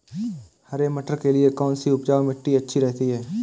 हरे मटर के लिए कौन सी उपजाऊ मिट्टी अच्छी रहती है?